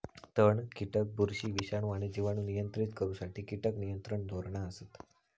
तण, कीटक, बुरशी, विषाणू आणि जिवाणू नियंत्रित करुसाठी कीटक नियंत्रण धोरणा असत